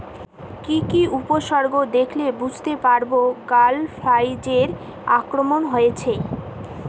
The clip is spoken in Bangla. কি কি উপসর্গ দেখলে বুঝতে পারব গ্যাল ফ্লাইয়ের আক্রমণ হয়েছে?